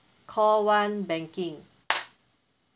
call one banking